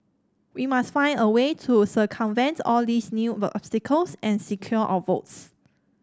we must find a way to circumvent all these new obstacles and secure our votes